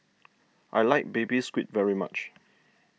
I like Baby Squid very much